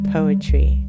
Poetry